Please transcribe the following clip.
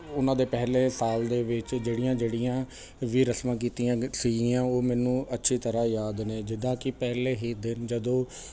ਉਹਨਾਂ ਦੇ ਪਹਿਲੇ ਸਾਲ ਦੇ ਵਿੱਚ ਜਿਹੜੀਆਂ ਜਿਹੜੀਆਂ ਵੀ ਰਸਮਾਂ ਕੀਤੀਆਂ ਸੀਗੀਆਂ ਉਹ ਮੈਨੂੰ ਅੱਛੀ ਤਰ੍ਹਾਂ ਯਾਦ ਨੇ ਜਿੱਦਾਂ ਕਿ ਪਹਿਲੇ ਹੀ ਦਿਨ ਜਦੋਂ